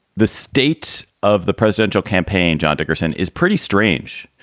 the state of the presidential campaign, john dickerson, is pretty strange.